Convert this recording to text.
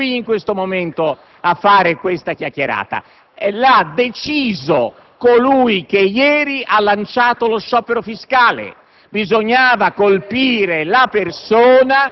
dell'unico potere per il quale siamo qui in questo momento a svolgere l'odierno dibattito. L'ha deciso colui che ieri ha lanciato lo sciopero fiscale: